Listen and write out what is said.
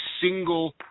single